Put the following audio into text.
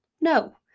no